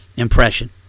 Impression